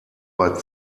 bei